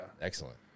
Excellent